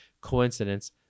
coincidence